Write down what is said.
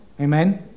Amen